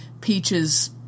peaches